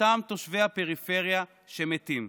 אותם תושבי הפריפריה שמתים.